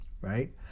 right